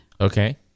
Okay